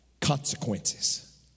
consequences